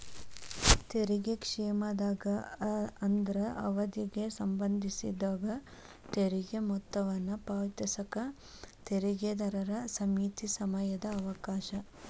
ತೆರಿಗೆ ಕ್ಷಮಾದಾನ ಅಂದ್ರ ಅವಧಿಗೆ ಸಂಬಂಧಿಸಿದಂಗ ತೆರಿಗೆ ಮೊತ್ತವನ್ನ ಪಾವತಿಸಕ ತೆರಿಗೆದಾರರ ಸೇಮಿತ ಸಮಯದ ಅವಕಾಶ